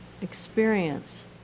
experience